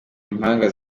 impanga